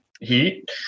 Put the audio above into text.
heat